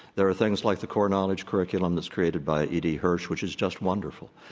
there are things like the core knowledge curriculum that's created by edie hirsch, which is just wonderful.